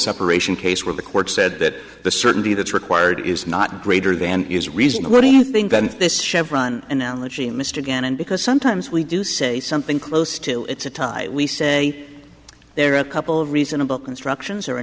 separation case where the court said that the certainty that's required is not greater than is reasonable or do you think that if this chevron analogy mr gannon because sometimes we do say something close to it's a tie we say there are a couple of reasonable constructions or a